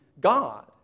God